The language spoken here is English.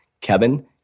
Kevin